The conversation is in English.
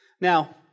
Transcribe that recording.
Now